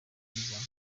bizana